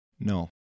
No